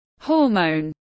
hormone